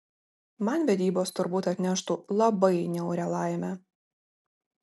man vedybos turbūt atneštų labai niaurią laimę